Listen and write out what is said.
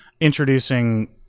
introducing